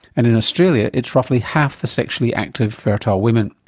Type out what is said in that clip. and in australia it's roughly half the sexually active, fertile women.